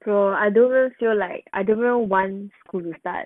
so I don't really feel like I really want school to start